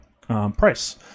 price